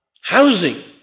housing